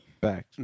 Back